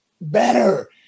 better